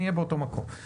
נהיה באותו מקום.